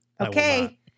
Okay